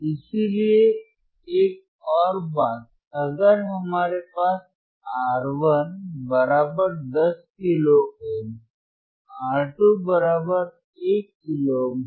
इसलिएएक और बात अगर हमारे पास R1 10 kilo ohm R2 1 kilo ohm है